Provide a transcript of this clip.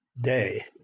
day